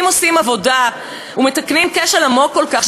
ואם עושים עבודה ומתקנים כשל עמוק כל כך,